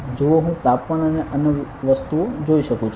જુઓ હું તાપમાન અને અન્ય વસ્તુઓ જોઈ શકું છું